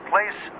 Place